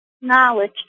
knowledge